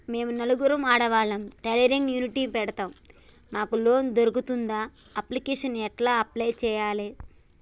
మేము నలుగురం ఆడవాళ్ళం టైలరింగ్ యూనిట్ పెడతం మాకు లోన్ దొర్కుతదా? అప్లికేషన్లను ఎట్ల అప్లయ్ చేయాలే?